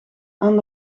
aan